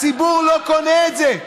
הציבור לא קונה את זה.